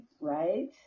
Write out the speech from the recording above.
right